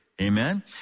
Amen